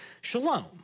Shalom